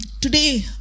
today